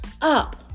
up